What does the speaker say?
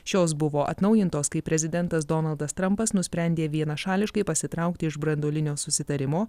šios buvo atnaujintos kai prezidentas donaldas trampas nusprendė vienašališkai pasitraukti iš branduolinio susitarimo